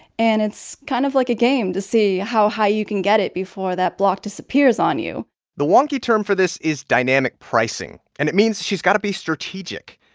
and it's kind of like a game to see how high you can get it before that block disappears disappears on you the wonky term for this is dynamic pricing, and it means she's got to be strategic.